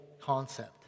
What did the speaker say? concept